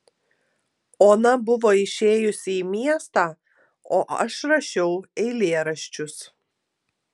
ona buvo išėjusi į miestą o aš rašiau eilėraščius